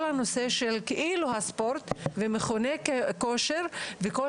כל הנושא של כאילו הספורט ומכוני כושר וכל